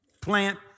plant